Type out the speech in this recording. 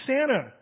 Santa